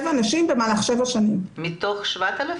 מתוך 1,000?